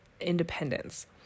independence